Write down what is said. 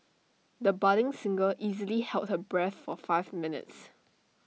the budding singer easily held her breath for five minutes